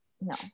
No